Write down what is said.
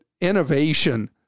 innovation